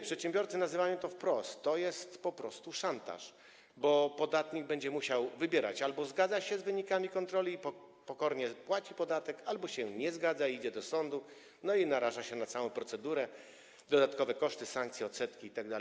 Przedsiębiorcy nazywają to wprost: To jest po prostu szantaż, bo podatnik będzie musiał wybierać - albo zgadza się z wynikami kontroli i pokornie płaci podatek, albo się nie zgadza, idzie do sądu i naraża się na całą procedurę, dodatkowe koszty, sankcje, odsetki itd.